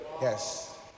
Yes